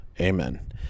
amen